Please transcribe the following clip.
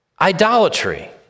idolatry